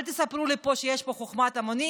אל תספרו לי שיש פה חוכמת המונים.